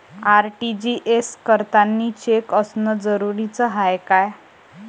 RTGS करतांनी cheque असनं जरुरीच हाय का?